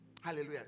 Hallelujah